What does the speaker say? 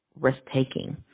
risk-taking